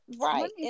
right